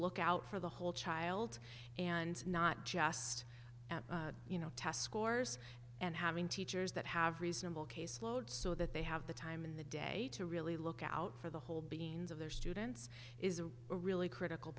look out for the whole child and not just you know test scores and having teachers that have reasonable caseload so that they have the time in the day to really look out for the whole beans of their students is a really critical